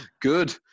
Good